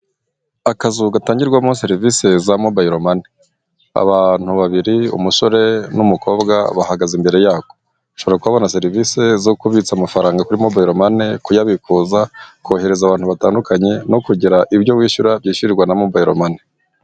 Akazu gatangirwamo serivisi za mobile money. Abantu babiri umusore n'umukobwa bahagaze imbere yako. Bashobora kubona serivisi zo kubitsa amafaranga kuri mobile money, kuyabikuza, kohereza abantu batandukanye no kugira ibyo wishyura byishyurirwa na mobile money.